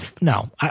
No